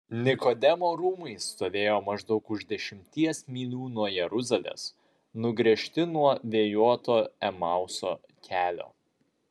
nikodemo rūmai stovėjo maždaug už dešimties mylių nuo jeruzalės nugręžti nuo vėjuoto emauso kelio